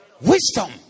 Wisdom